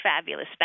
fabulous